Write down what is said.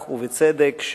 ובצדק,